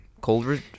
cold